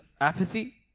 apathy